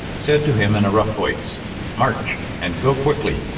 said to him in a rough voice march! and go quickly,